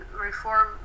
reform